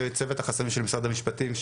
וצוות החסמים של משרד המשפטים,